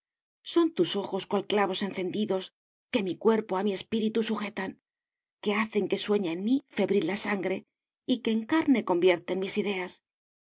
son tus ojos cual clavos encendidos que mi cuerpo a mi espíritu sujetan que hacen que sueñe en mí febril la sangre y que en carne convierten mis ideas